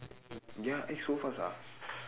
ya eh so fast ah